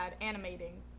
animating